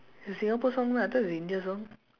it's Singapore song meh I thought it's Indian song